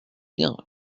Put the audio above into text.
bien